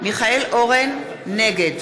נגד